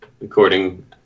according